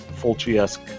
Fulci-esque